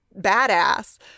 badass